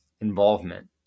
involvement